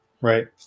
Right